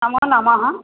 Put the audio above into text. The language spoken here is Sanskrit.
नमो नमः